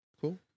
cool